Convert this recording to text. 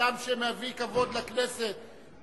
אדם שמביא כבוד לכנסת,